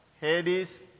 Hades